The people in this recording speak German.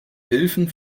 hilfen